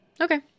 Okay